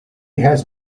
has